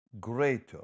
greater